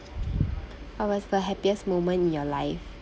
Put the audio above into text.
what was the happiest moment in your life